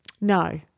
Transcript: No